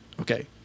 Okay